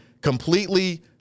Completely